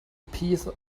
piece